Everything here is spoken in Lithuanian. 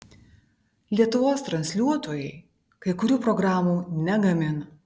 lietuvos transliuotojai kai kurių programų negamina